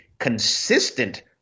consistent